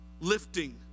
Lifting